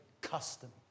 custom